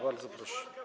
Bardzo proszę.